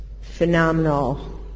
phenomenal